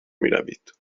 میروید